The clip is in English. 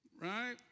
right